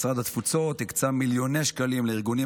משרד התפוצות הקצה מיליוני שקלים לארגונים